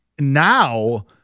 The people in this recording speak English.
Now